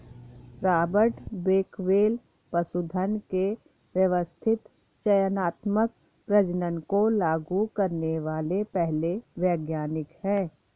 Robert Bakewell पशुधन के व्यवस्थित चयनात्मक प्रजनन को लागू करने वाले पहले वैज्ञानिक है